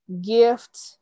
gift